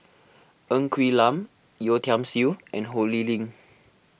Ng Quee Lam Yeo Tiam Siew and Ho Lee Ling